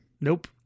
Nope